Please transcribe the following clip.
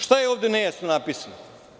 Šta je ovde nejasno napisano?